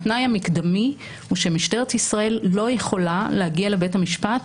התנאי המקדמי הוא שמשטרת ישראל לא יכולה להגיע לבית המשפט